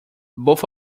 both